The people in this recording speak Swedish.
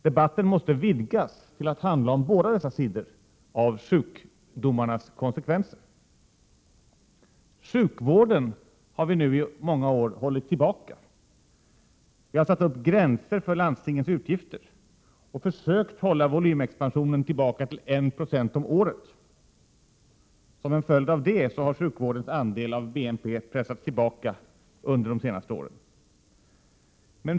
Debatten måste vidgas till att handla om båda dessa sidor av sjukdomarnas konsekvenser. I många år har vi nu hållit igen på sjukvården. Gränser har satts upp för landstingens utgifter. Man har försökt hålla volymexpansionen tillbaka till 1 26 om året. Som en följd av detta har sjukvårdens andel av BNP pressats tillbaka under de senaste åren.